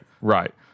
Right